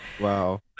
wow